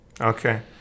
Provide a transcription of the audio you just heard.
Okay